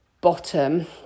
bottom